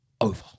over